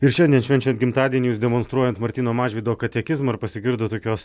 ir šiandien švenčiant gimtadienį jus demonstruojant martyno mažvydo katekizmą ir pasigirdo tokios